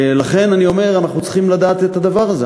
לכן אני אומר: אנחנו צריכים לדעת את הדבר הזה,